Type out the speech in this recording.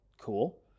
Cool